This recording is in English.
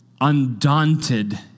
undaunted